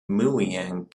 mueang